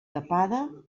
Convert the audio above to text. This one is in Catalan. tapada